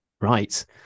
Right